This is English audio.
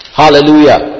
hallelujah